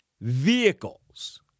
vehicles